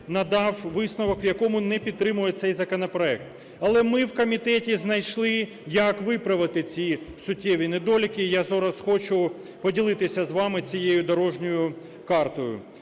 надав висновок, в якому не підтримує цей законопроект. Але ми в комітеті знайшли, як виправити ці суттєві недоліки, і я зараз хочу поділитися з вами цією дорожньою картою.